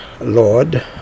Lord